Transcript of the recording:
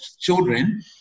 children